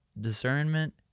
discernment